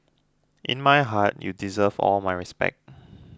in my heart you deserve all my respect